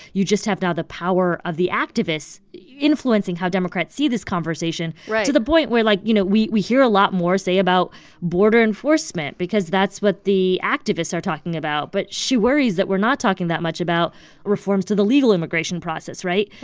you just have now the power of the activists influencing how democrats see this conversation. right. to the point where, like, you know, we we hear a lot more, say, about border enforcement because that's what the activists are talking about. but she worries that we're not talking that much about reforms to the legal immigration process right?